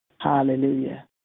Hallelujah